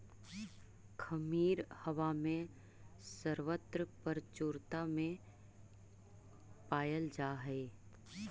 खमीर हवा में सर्वत्र प्रचुरता में पायल जा हई